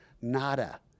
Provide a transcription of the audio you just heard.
Nada